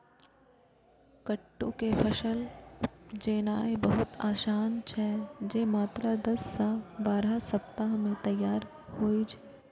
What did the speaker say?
कट्टू के फसल उपजेनाय बहुत आसान छै, जे मात्र दस सं बारह सप्ताह मे तैयार होइ छै